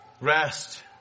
rest